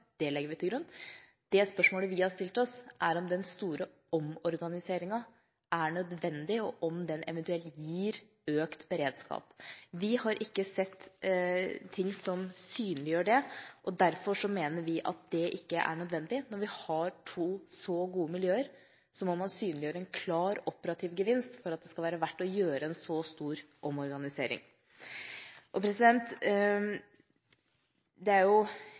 det legger vi til grunn. Det spørsmålet vi har stilt oss, er om den store omorganiseringen er nødvendig, og om den eventuelt gir økt beredskap. Vi har ikke sett ting som synliggjør det, og mener derfor at det ikke er nødvendig. Når vi har to så gode miljøer, må man synliggjøre en klar operativ gevinst for at det skal være verdt å gjøre en så stor omorganisering. Det er